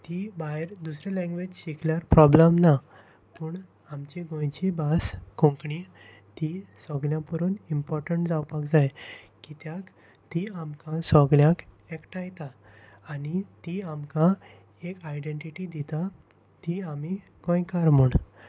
ती भायर दुसरी लँग्वेज शिकल्यार प्रोब्लम ना पूण आमची गोंयची भास कोंकणी ती सगल्यां करून इम्पोटंट जावपाक जाय कित्याक ती आमकां सगल्यांक एकठांयता आनी ती आमकां एक आयडेनटिटी दिता ती आमी गोंयकार म्हूण